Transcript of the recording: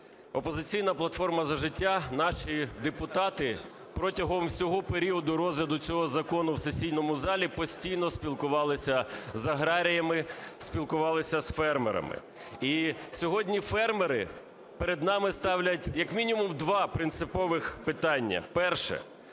"Опозиційна платформа – За життя". Наші депутати протягом всього періоду розгляду цього закону в сесійному залі постійно спілкувались з аграріями, спілкувались з фермерами. І сьогодні фермери перед нами ставлять, як мінімум, два принципових питання. Перше.